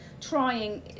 trying